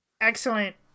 Excellent